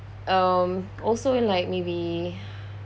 um also in like maybe